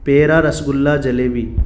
پیڑا rasgulla jalebi